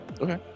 Okay